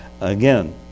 again